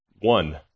One